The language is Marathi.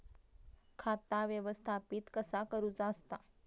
खाता व्यवस्थापित कसा करुचा असता?